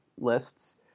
lists